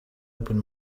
open